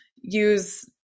use